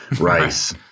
rice